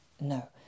No